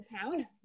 town